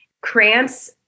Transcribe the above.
Cramps